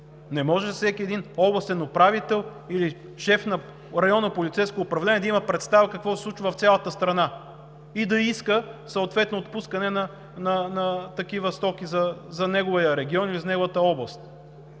Не може всеки един областен управител или шеф на районно полицейско управление да има представа какво се случва в цялата страна и да иска съответно отпускане на такива стоки за неговия регион или за неговата област.